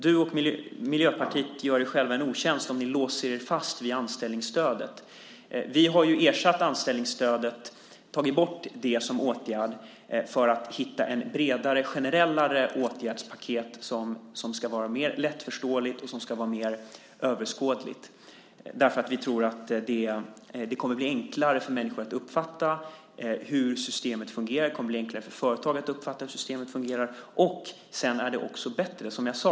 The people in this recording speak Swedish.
Du och Miljöpartiet gör er själva en otjänst om ni låser er fast vid anställningsstödet. Vi har tagit bort anställningsstödet som åtgärd för att hitta ett bredare generellare åtgärdspaket som ska vara mer lättförståeligt och som ska vara mer överskådligt. Vi tror att det kommer att bli enklare för människor att uppfatta hur systemet fungerar, och det kommer att bli enklare för företag att uppfatta hur systemet fungerar. Och sedan är det också bättre.